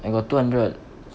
I got two hundred